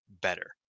better